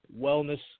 wellness